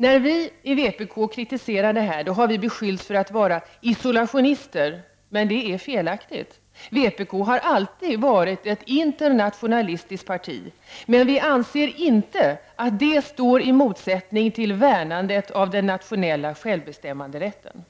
När vi i vpk kritiserar detta beskylls vi för att vara isolationister, men det är felaktigt. Vpk har alltid varit ett internationalistiskt parti, men vi anser inte att det står i motsättning till värnandet av den nationella självbestämmanderätten.